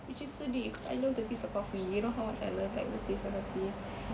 which is sedih cause I love the taste of coffee you know how much I love like the taste of coffee